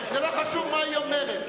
ולא חשוב מה היא אומרת,